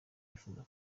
wifuza